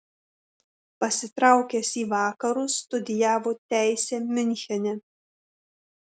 pasitraukęs į vakarus studijavo teisę miunchene